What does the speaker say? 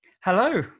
Hello